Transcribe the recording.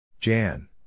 Jan